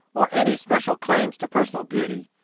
or any special claims to personal beauty,